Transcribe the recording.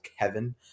Kevin